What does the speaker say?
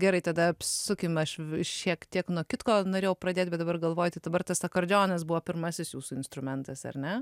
gerai tada apsukim aš šiek tiek nuo kitko norėjau pradėt bet dabar galvoju tai dabar tas akordeonas buvo pirmasis jūsų instrumentas ar ne